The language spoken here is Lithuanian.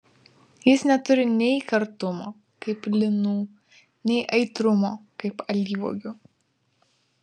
jis neturi nei kartumo kaip linų nei aitrumo kaip alyvuogių